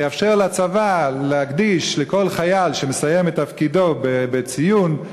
שיאפשר לצבא להקדיש לכל חייל שמסיים את תפקידו בציוּן,